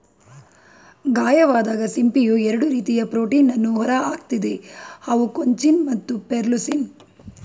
ಗಾಯವಾದಾಗ ಸಿಂಪಿಯು ಎರಡು ರೀತಿಯ ಪ್ರೋಟೀನನ್ನು ಹೊರಹಾಕ್ತದೆ ಅವು ಕೊಂಚಿನ್ ಮತ್ತು ಪೆರ್ಲುಸಿನ್